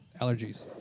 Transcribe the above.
allergies